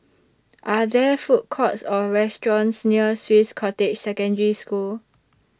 Are There Food Courts Or restaurants near Swiss Cottage Secondary School